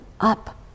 up